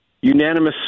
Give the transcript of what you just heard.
Unanimous